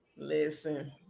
listen